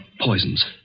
poisons